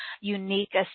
unique